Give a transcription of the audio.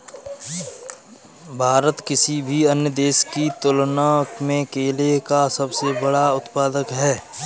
भारत किसी भी अन्य देश की तुलना में केले का सबसे बड़ा उत्पादक है